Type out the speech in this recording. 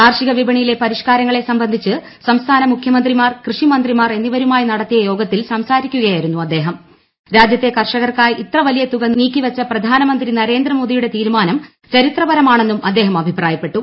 കാർഷിക വിപണിയിലെ പരിഷ്കാരങ്ങളെ സംബന്ധിച്ച് സംസ്ഥാന മുഖ്യമന്ത്രിമാർകൃഷി മന്ത്രിമാർ എന്നിവരുമായി നടത്തിയ യോഗത്തിൽ സംസാരിക്കുകയായിരുന്നു അദ്ദേഹം രാജൃത്തെ കർഷകർക്കായി ഇത്ര വലിയ തുക നീക്കി വെച്ച പ്രധാനമന്ത്രി നരേന്ദ്രമോദിയുടെ തീരുമാനം ചരിത്രപരം ആണെന്നും അദ്ദേഹം അഭിപ്രായപ്പെട്ടു